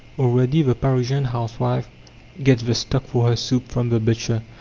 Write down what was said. already the parisian housewife gets the stock for her soup from the butcher,